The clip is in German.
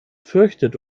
fürchtet